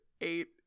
eight